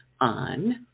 on